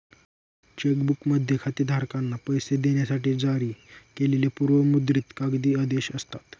check बुकमध्ये खातेधारकांना पैसे देण्यासाठी जारी केलेली पूर्व मुद्रित कागदी आदेश असतात